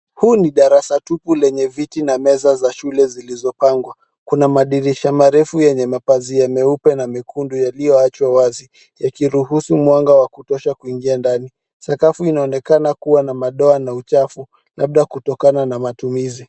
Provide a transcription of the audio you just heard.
Huu ni darasa tupu lenye viti na meza za shule zilizopangwa. Kuna madirisha marefu yenye mapazia meupe na mekundu yaliyoachwa wazi, yakiruhusu mwanga wa kutosha kuingia ndani. Sakafu inaonekana kuwa na madoa na uchafu labda kutokana na matumizi.